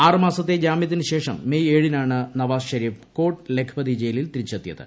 ആറ് മാസത്തെ ജാമൃത്തിനുശേഷം മേയ് ഏഴിനാണ് നവാസ് ഷെരീഫ് കോട്ട് ലഖ്പതി ജയിലിൽ തിരിച്ചെത്തിയത്